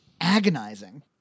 agonizing